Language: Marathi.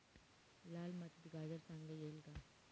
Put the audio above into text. लाल मातीत गाजर चांगले येईल का?